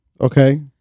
Okay